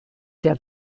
der